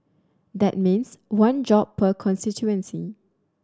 that means one job per constituency